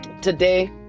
today